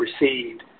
received